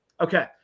okay